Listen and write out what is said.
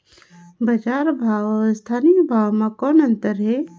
बजार भाव अउ स्थानीय भाव म कौन अन्तर हे?